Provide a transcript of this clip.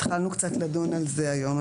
התחלנו קצת לדון על זה היום.